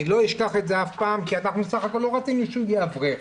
אני לא אשכח את זה אף פעם כי אנחנו בסך הכל לא רצינו שהוא יהיה אברך,